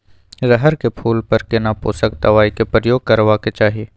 रहर के फूल पर केना पोषक दबाय के प्रयोग करबाक चाही?